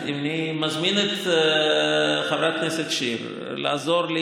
אני מזמין את חברת הכנסת שיר לעזור לי